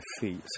feet